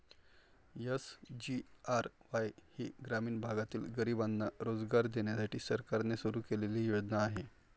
SGRY ही ग्रामीण भागातील गरिबांना रोजगार देण्यासाठी सरकारने सुरू केलेली योजना आहे